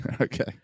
Okay